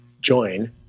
join